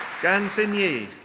gan xinye.